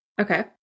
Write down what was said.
Okay